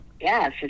yes